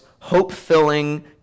hope-filling